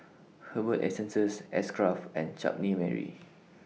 Herbal Essences X Craft and Chutney Mary